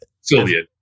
Sylvia